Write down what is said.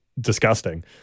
disgusting